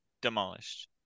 Demolished